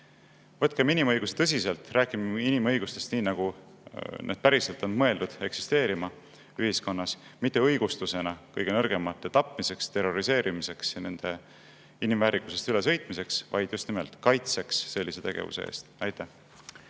Võtkem inimõigusi tõsiselt! Räägime inimõigustest nii, nagu need päriselt on mõeldud ühiskonnas eksisteerima, mitte õigustusena kõige nõrgemate tapmiseks, terroriseerimiseks ja nende inimväärikusest ülesõitmiseks, vaid just nimelt kaitseks sellise tegevuse eest. Aitäh!